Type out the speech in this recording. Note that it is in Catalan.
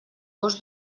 gos